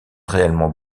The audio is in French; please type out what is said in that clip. réellement